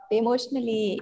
emotionally